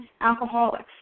alcoholics